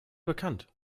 bekannt